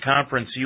Conference